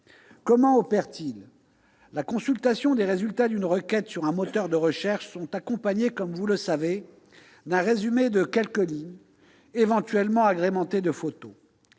Comment opèrent-ils ? Les résultats d'une requête sur un moteur de recherche sont accompagnés, comme vous le savez, d'un résumé de quelques lignes, éventuellement agrémenté de photos.